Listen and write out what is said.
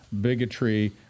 bigotry